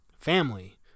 family